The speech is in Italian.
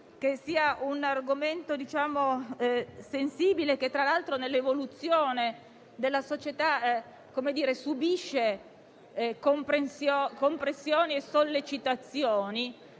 che sia un argomento sensibile, che tra l'altro nell'evoluzione della società subisce compressioni e sollecitazioni,